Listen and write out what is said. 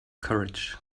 courage